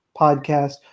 podcast